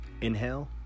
Inhale